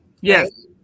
Yes